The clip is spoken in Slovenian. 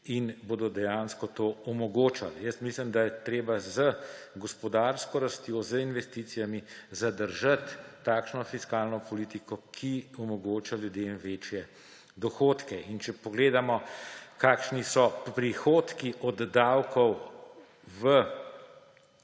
in bodo dejansko to omogočali. Jaz mislim, da je treba z gospodarsko rastjo, z investicijami zadržati takšno fiskalno politiko, ki omogoča ljudem večje dohodke. In če pogledamo, kakšni so prihodki od davkov v